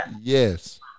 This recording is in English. yes